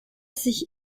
sich